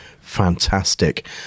fantastic